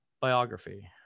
biography